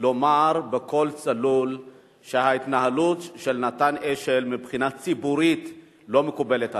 לומר בקול צלול שההתנהלות של נתן אשל מבחינה ציבורית לא מקובלת עליו.